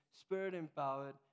spirit-empowered